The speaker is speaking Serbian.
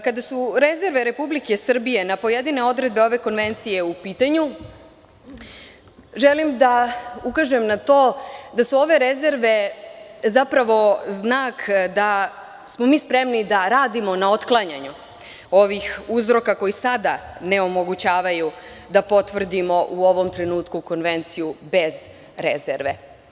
Kada su rezerve Republike Srbije na pojedine odredbe ove konvencije u pitanju, želim da ukažem na to da su ove rezerve zapravo znak da smo mi spremni da radimo na otklanjanju ovih uzroka koji sada onemogućavaju da potvrdimo u ovom trenutku konvenciju bez rezerve.